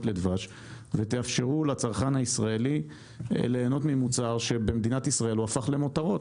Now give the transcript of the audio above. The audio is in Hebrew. לדבש ותאפשרו לצרכן הישראלי ליהנות ממוצר שבמדינת ישראל הוא הפך למותרות,